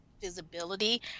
visibility